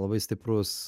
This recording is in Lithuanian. labai stiprus